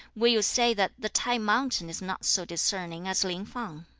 will you say that the t'ai mountain is not so discerning as lin fang